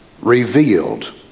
revealed